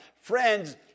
friends